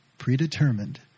Predetermined